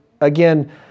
again